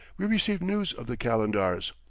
we received news of the calendars.